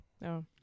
No